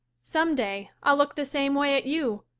some day i'll look the same way at you.